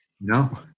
No